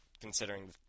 considering